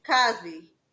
Cosby